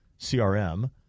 CRM